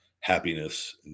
happiness